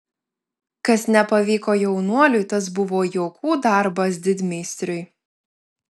kas nepavyko jaunuoliui tas buvo juokų darbas didmeistriui